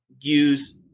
use